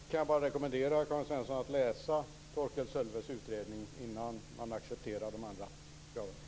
Fru talman! Då kan jag bara rekommendera Karin Svensson Smith att läsa Torkel Sölves utredning innan man accepterar de andra kraven.